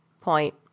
point